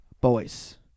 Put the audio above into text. Boys